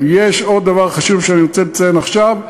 יש עוד דבר חשוב שאני רוצה לציין עכשיו,